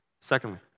Secondly